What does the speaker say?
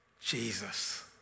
Jesus